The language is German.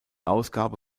ausgabe